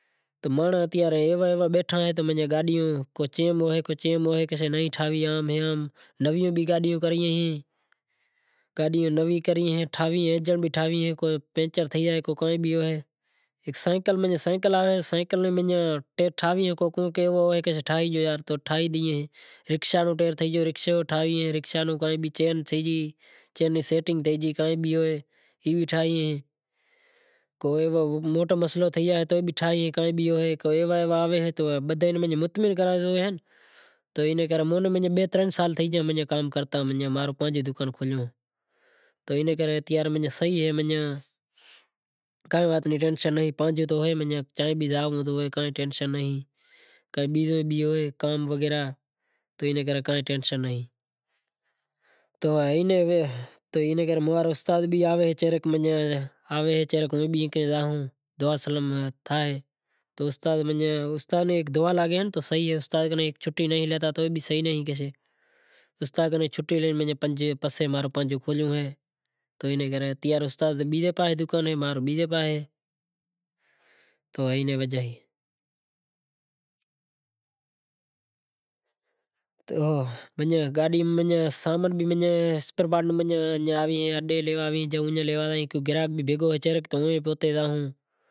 تو مانڑاں تو ایوا ایوا بیٹھا اہیں کہ گاڈیوں نویوں کری ہیں انجنڑ بھی ٹھاوی ایں پنچر بھی تھئی ایں تو کائیں بھی ہوئے تو ہیک سینکل بھی آوے تو کہے یار ٹھائی ڈے تو ٹھائی ڈیاں۔ رکشا رو ٹائر تھے گیو تو رکشا رو ٹائر بھی ٹھائی ڈیاں، رکشا نو چین تھی گیو چین نی سیٹنگ تھئی گئی کائیں بھی ہوئے ایوی ٹھائی اے تو ایوو موٹو مسئلو تھئے تو کوئی ایوا ایوا بھی آئے تو بدہاں ناں مطعمن کراں زائے تو اینے کرے۔ موں نیں بئے ترن سال تھئی گیا کام کرتے کرتے موں پانجو دکان کھولیو تو اینے کرے صحیح اے کائیں ٹینشن نہیں تو اتارے موں واڑو استاد بھی آوے دعا سلام تھائے تو استاد بھی ایک دعا لاگے تو صحیح اے، استاد سعں چھوٹی لے پچھے میں مانجو کھولیو اہے استاد نو دکان بیزے پاہے اے مانجو بیزے پاہے ہے تو اینی وجہ ہے۔ تو ماناں گاڈی اسپیئر پارٹ ڈینڑ لینڑ آوی ہیں۔